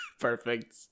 Perfect